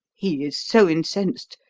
he is so incensed,